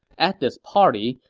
at this party,